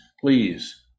please